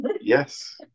Yes